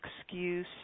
excuse